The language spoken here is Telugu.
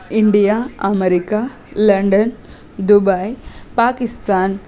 India America London Dubai Pakistan